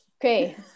Okay